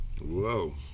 Whoa